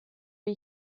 wie